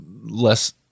less